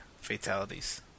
fatalities